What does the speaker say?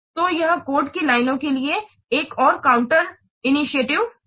तो यह कोड की लाइनों के लिए एक और काउंटर इन्टुइटीवे है